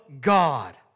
God